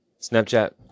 Snapchat